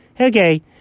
Okay